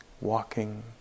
walking